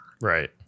Right